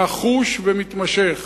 נחוש ומתמשך.